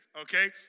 okay